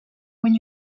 when